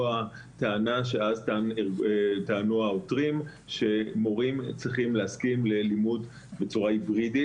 הטענה שטענו העותרים שמורים צריכים להסכים ללימוד בצורה היברידית.